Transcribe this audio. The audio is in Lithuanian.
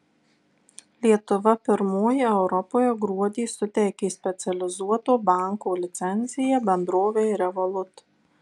lietuva pirmoji europoje gruodį suteikė specializuoto banko licenciją bendrovei revolut